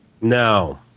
No